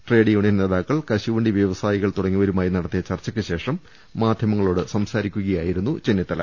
trade union നേതാക്കൾ കശുവണ്ടി വ്യവസായികൾ തുടങ്ങിയവരുമായി നടത്തിയ ചർച്ചയ്ക്ക് ശേഷം മാധ്യമങ്ങളോട് സൃംസാരിക്കുകയായിരുന്നു ചെന്നി ത്തല